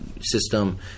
system